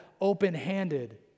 open-handed